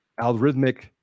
algorithmic